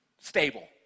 stable